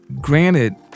Granted